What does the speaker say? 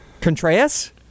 Contreras